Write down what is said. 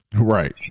Right